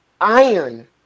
iron